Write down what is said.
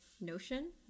Notion